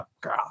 girl